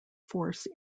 force